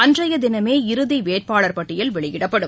அன்றைய தினமே இறுதி வேட்பாளர் பட்டியல் வெளியிடப்படும்